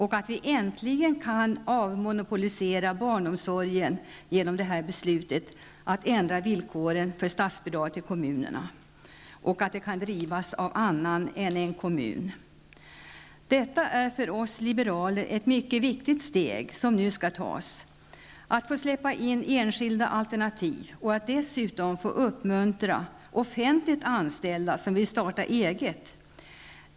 Vi kan äntligen avmonopolisera barnomsorgen genom beslutet att ändra villkoren för statsbidrag till kommunerna, och verksamheten kan drivas av andra än en kommun. Det är för oss liberaler ett mycket viktigt steg som nu skall tas: att få släppa in enskilda alternativ och att dessutom få uppmuntra offentligt anställda som vill starta eget.